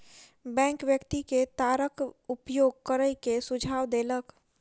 bank व्यक्ति के तारक उपयोग करै के सुझाव देलक